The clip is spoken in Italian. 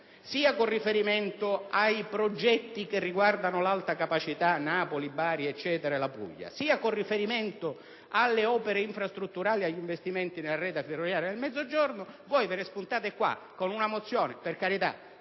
sia con riferimento ai progetti che riguardano l'Alta capacità (Napoli, Bari e più in generale la Puglia), sia con riferimento alle opere infrastrutturali e agli investimenti sulla rete ferroviaria nel Mezzogiorno, voi presentate invece una mozione, per carità